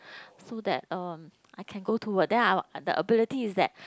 so that um I can go to work then I'll the ability is that